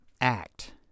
act